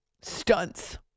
stunts